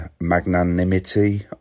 magnanimity